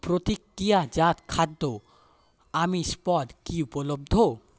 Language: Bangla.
প্রতিক্রিয়াজাত খাদ্য আমিষ পদ কি উপলব্ধ